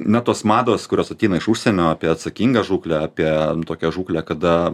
na tos mados kurios ateina iš užsienio apie atsakingą žūklę apie tokią žūklę kada